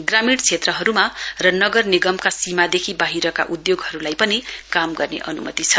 ग्रामीण क्षेत्रहरुमा र नगर निगमका सीमादेखि वाहिरका उद्घोगहरुलाई पनि काम गर्ने अनुमति छ